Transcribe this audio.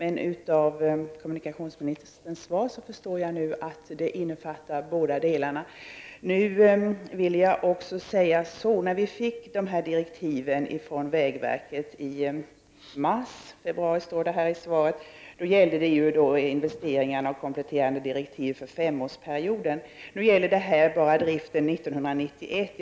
Av kommunikationsministerns svar förstår jag nu att det innefattar båda delarna. När vi fick dessa direktiv från vägverket i mars — det står februari i svaret — gällde det investeringar och kompletterande direktiv för femårsperioden. Nu gäller det här bara driften 1991.